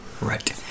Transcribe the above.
Right